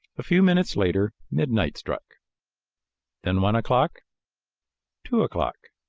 a few minutes later midnight struck then one o'clock two o'clock.